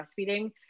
breastfeeding